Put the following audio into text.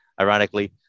ironically